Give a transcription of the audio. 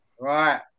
right